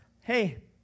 hey